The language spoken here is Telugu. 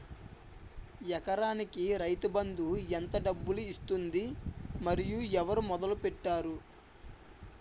ఎకరానికి రైతు బందు ఎంత డబ్బులు ఇస్తుంది? మరియు ఎవరు మొదల పెట్టారు?